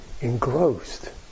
engrossed